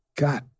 God